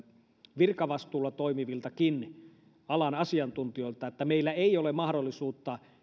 virkavastuulla toimiviltakin alan asiantuntijoilta että meillä ei ole mahdollisuutta